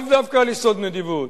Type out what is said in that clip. לאו דווקא על יסוד נדיבות,